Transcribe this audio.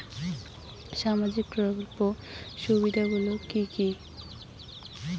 সামাজিক প্রকল্পের সুবিধাগুলি কি কি?